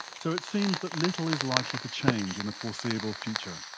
so it seems that little is likely to change in the foreseeable future.